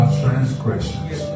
transgressions